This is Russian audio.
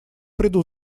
приду